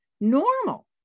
normal